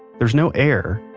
there's no air,